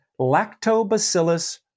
Lactobacillus